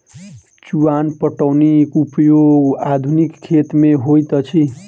चुआन पटौनीक उपयोग आधुनिक खेत मे होइत अछि